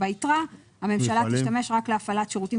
כשביתרות הממשלה תשתמש רק להפעלת שירותים